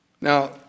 Now